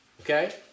okay